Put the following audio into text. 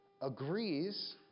agrees